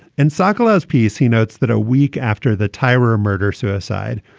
in sakalys piece, he notes that a week after the tyrer murder suicide.